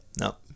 No